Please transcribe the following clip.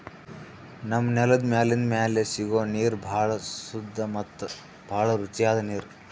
ನಮ್ಮ್ ನೆಲದ್ ಮ್ಯಾಲಿಂದ್ ಮ್ಯಾಲೆ ಸಿಗೋ ನೀರ್ ಭಾಳ್ ಸುದ್ದ ಮತ್ತ್ ಭಾಳ್ ರುಚಿಯಾದ್ ನೀರ್